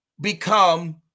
become